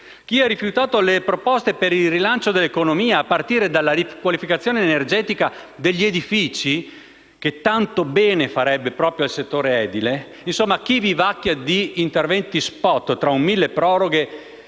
chi ha rifiutato le proposte per il rilancio dell'economia a partire dalla riqualificazione energetica degli edifici, che tanto bene farebbe proprio al settore edile; insomma, chi vivacchia di interventi *spot*, tra un milleproroghe